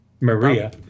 Maria